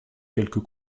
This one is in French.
quelques